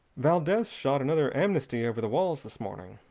valdez shot another amnesty over the walls this morning.